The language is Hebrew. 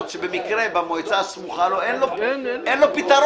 שבמקרה במועצה הסמוכה לו אין לו פתרון,